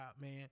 man